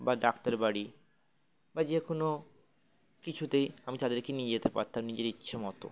বা ডাক্তারবাড়ি বা যে কোনো কিছুতেই আমি তাদেরকে নিয়ে যেতে পারতাম নিজের ইচ্ছে মতো